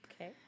Okay